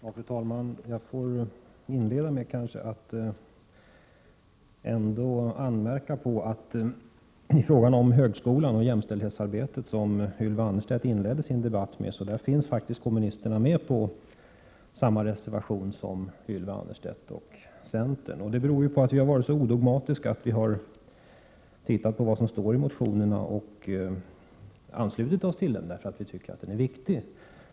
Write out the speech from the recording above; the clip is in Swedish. Fru talman! Jag får inleda med en anmärkning. Ylva Annerstedt började sitt anförande med frågan om högskolan och jämställdhetsarbetet. I den frågan är kommunisterna med på samma reservation som folkpartiet och centern. Detta beror på att vi har varit så odogmatiska att vi har tittat på vad som står i motionen och anslutit oss till den därför att vi tycker att den är väsentlig.